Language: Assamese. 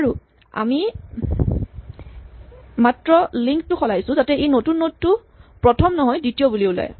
আৰু আমি মাত্ৰ লিন্ক টো সলাইছো যাতে ই নতুন নড টো প্ৰথম নহয় দ্বিতীয় বুলি ওলায়